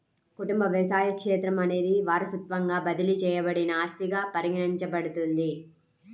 కుటుంబ వ్యవసాయ క్షేత్రం అనేది వారసత్వంగా బదిలీ చేయబడిన ఆస్తిగా పరిగణించబడుతుంది